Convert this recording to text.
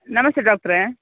ನಮಸ್ತೆ ಡಾಕ್ಟ್ರೆ